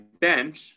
bench